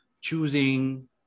choosing